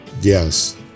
Yes